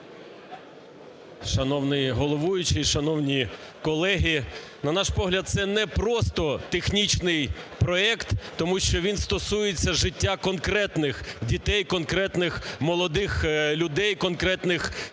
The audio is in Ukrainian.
Шановний головуючий, шановні колеги, на наш погляд, це не просто технічний проект, тому що він стосується життя конкретних дітей, конкретних молодих людей, конкретних сімей.